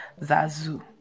Zazu